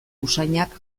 usainak